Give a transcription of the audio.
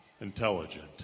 intelligent